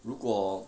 如果